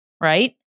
right